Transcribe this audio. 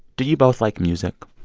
do you both like music?